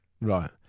Right